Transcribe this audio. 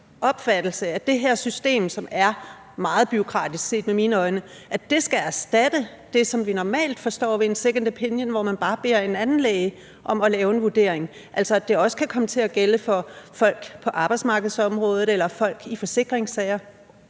opfattelse, at det her system, som set med mine øjne er meget bureaukratisk, skal erstatte det, som vi normalt forstår ved en second opinion, hvor man bare beder en anden læge om at lave en vurdering, altså at det også kan komme til at gælde for folk på arbejdsmarkedsområdet eller folk i forsikringssager?